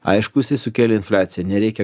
aišku jisai sukėlė infliaciją nereikia